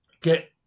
get